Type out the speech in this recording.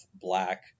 black